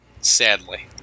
Sadly